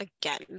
again